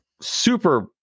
super